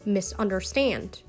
Misunderstand